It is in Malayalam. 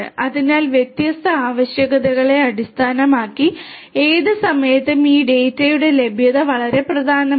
അതിനാൽ വ്യത്യസ്ത ആവശ്യകതകളെ അടിസ്ഥാനമാക്കി ഏത് സമയത്തും ഈ ഡാറ്റയുടെ ലഭ്യത വളരെ പ്രധാനമാണ്